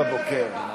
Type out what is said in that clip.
יואל,